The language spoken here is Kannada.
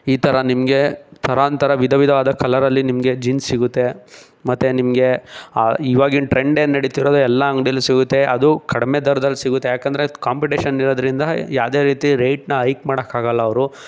ಈ ಥರ ನಿಮಗೆ ಥರಾಂಥರ ವಿಧವಿಧವಾದ ಕಲರಲ್ಲಿ ನಿಮಗೆ ಜೀನ್ಸ್ ಸಿಗುತ್ತೆ ಮತ್ತು ನಿಮಗೆ ಇವಾಗಿನ ಟ್ರೆಂಡೇ ನೆಡೀತಿರೋದೇ ಎಲ್ಲ ಅಂಗಡಿಯಲ್ಲೂ ಸಿಗುತ್ತೆ ಅದು ಕಡಿಮೆ ದರ್ದಲ್ಲಿ ಸಿಗುತ್ತೆ ಯಾಕಂದರೆ ಕಾಂಪಿಟೇಷನ್ ಇರೋದರಿಂದ ಯಾವುದೇ ರೀತಿ ರೇಟ್ನ ಐಕ್ ಮಾಡೋಕ್ಕಾಗಲ್ಲ ಅವರು